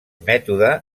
mètode